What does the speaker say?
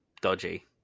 dodgy